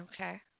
okay